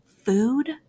food